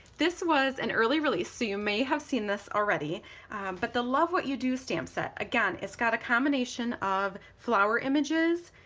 this was an early release so you may have seen this already but the love what you do stamp set, again it's got a combination of flower images,